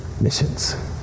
missions